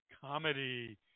comedy